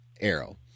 arrow